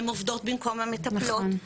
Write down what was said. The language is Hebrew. הן עובדות במקום המטפלות,